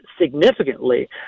significantly